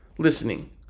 listening